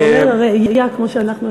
אתה אומר "לרעייה" כמו שאנחנו לא יכולים להגיד.